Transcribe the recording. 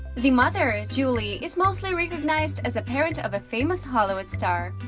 the mother, julie is mostly recognized as a parent of a famous hollywood star.